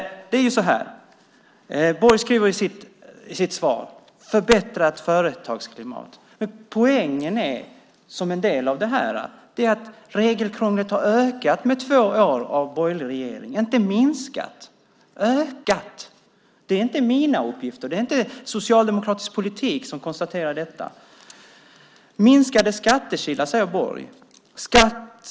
Borg skriver i sitt svar "förbättrat företagsklimat". Men poängen är att regelkrånglet har ökat med två år av borgerlig regering, inte minskat utan ökat. Det är inte mina uppgifter. Det är inte socialdemokratisk politik som konstaterar detta. Minskade skattekilar, säger Borg.